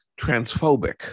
transphobic